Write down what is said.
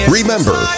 Remember